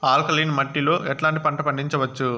Alkaline మట్టి లో ఎట్లాంటి పంట పండించవచ్చు,?